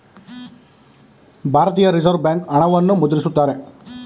ಭಾರತೀಯ reserve bank ಹಣವನ್ನು ಮುದ್ರಿಸುತ್ತಾರೆ